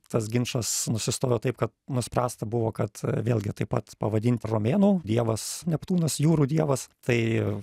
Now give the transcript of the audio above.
tas ginčas nusistovėjo taip kad nuspręsta buvo kad vėlgi taip pat pavadint romėnų dievas neptūnas jūrų dievas tai